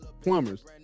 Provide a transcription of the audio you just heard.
Plumbers